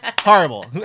Horrible